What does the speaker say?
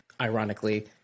ironically